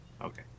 Okay